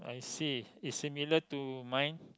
I see is similar to mine